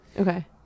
Okay